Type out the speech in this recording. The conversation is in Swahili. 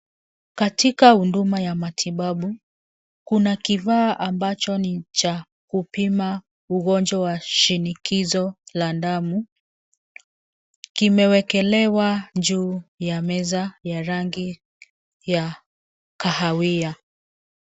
Katika huduma ya matibabu, kuna kifaa cha kupimia ugonjwa wa shinikizo la damu, ambacho kimewekwa juu ya meza ya rangi ya kahawia.